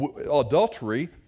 Adultery